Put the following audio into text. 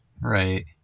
Right